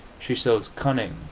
she shows cunning,